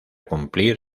cumplir